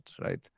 right